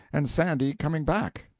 and sandy coming back.